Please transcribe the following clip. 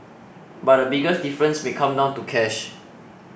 but the biggest difference may come down to cash